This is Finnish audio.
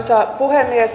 arvoisa puhemies